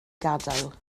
gadael